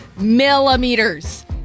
Millimeters